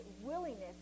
willingness